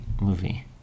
movie